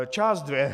Část dvě.